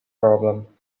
problem